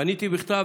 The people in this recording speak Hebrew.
פניתי בכתב,